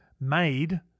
made